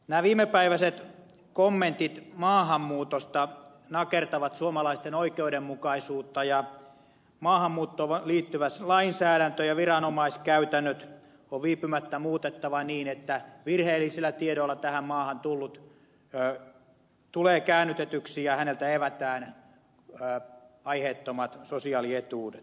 nämä viimepäiväiset kommentit maahanmuutosta nakertavat suomalaisten oikeudenmukaisuutta ja maahanmuuttoon liittyvä lainsäädäntö ja viranomaiskäytännöt on viipymättä muutettava niin että virheellisillä tiedoilla tähän maahan tullut tulee käännytetyksi ja häneltä evätään aiheettomat sosiaalietuudet